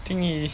听你